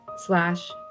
slash